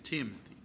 Timothy